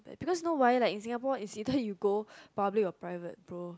because know why like in Singapore it's either you go public or private